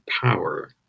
power